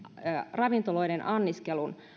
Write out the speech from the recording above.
ravintoloiden anniskelun